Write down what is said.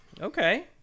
okay